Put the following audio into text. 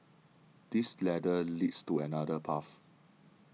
this ladder leads to another path